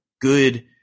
good